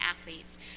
Athletes